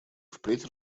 впредь